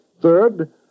Third